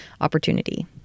opportunity